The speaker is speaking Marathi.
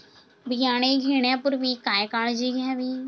बियाणे घेण्यापूर्वी काय काळजी घ्यावी?